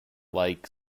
like